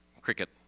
cricket